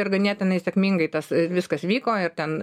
ir ganėtinai sėkmingai tas viskas vyko ir ten